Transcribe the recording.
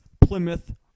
Plymouth